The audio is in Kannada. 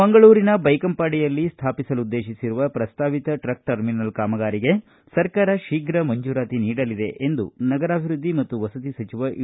ಮಂಗಳೂರಿನ ಬೈಕಂಪಾಡಿಯಲ್ಲಿ ಸ್ಥಾಪಿಸಲುದ್ದೇಶಿಸಿರುವ ಪ್ರಸ್ತಾವಿತ ಟ್ರಕ್ ಟರ್ಮಿನಲ್ ಕಾಮಗಾರಿಗೆ ಸರ್ಕಾರ ಶೀಘ್ರ ಮಂಜೂರಾತಿ ನೀಡಲಿದೆ ಎಂದು ನಗರಾಭಿವೃದ್ಧಿ ಮತ್ತು ವಸತಿ ಸಚಿವ ಯು